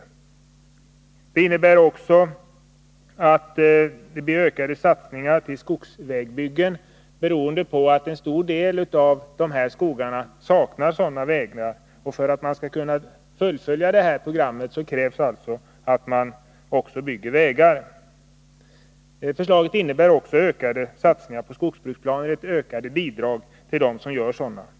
Förslaget innebär också att det blir ökade satsningar till skogsvägbyggen. En stor del av de skogar det här gäller saknar sådana vägar, och för att man skall kunna fullfölja det föreslagna programmet krävs alltså att man också bygger vägar. Dessutom innebär förslaget ökade satsningar på skogsbruksplaner. Det blir nämligen ökade bidrag till dem som gör sådana planer.